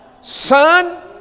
Son